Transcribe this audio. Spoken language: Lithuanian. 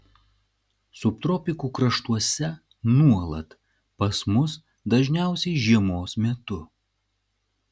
subtropikų kraštuose nuolat pas mus dažniausiai žiemos metu